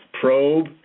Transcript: probe